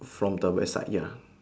from the website ya